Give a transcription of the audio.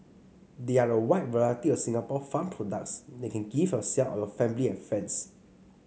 there are a wide variety of Singapore farmed products that you can gift yourselves or your family and friends